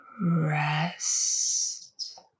rest